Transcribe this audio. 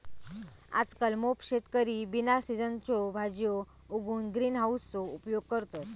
आजकल मोप शेतकरी बिना सिझनच्यो भाजीयो उगवूक ग्रीन हाउसचो उपयोग करतत